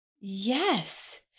Yes